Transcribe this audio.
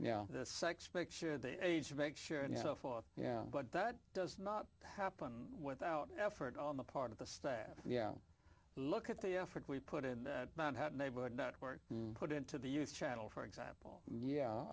yeah the sex picture the age of make sure and so forth yeah but that does not happen without effort on the part of the staff yeah look at the effort we put in manhattan neighborhood network put into the youth channel for example yeah